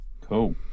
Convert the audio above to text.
cool